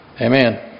Amen